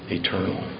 eternal